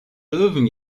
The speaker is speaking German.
löwen